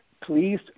please